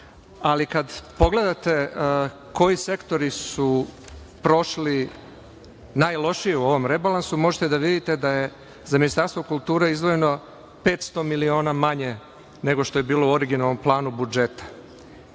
ali kada pogledate koji sektori su prošli najlošije u ovom rebalansu možete da vidite da je za Ministarstvo kulture izdvojeno 500 miliona manje nego što je bilo u originalnom planu budžeta.